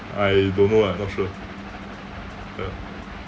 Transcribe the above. I don't know ah not sure ya